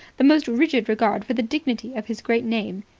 the most rigid regard for the dignity of his great name.